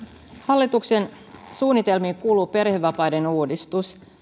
hallituksen suunnitelmiin kuuluu perhevapaiden uudistus